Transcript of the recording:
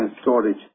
storage